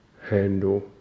handle